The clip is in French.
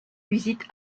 visite